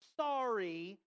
sorry